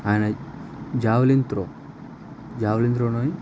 ఆయన javelin throw javelin త్రోని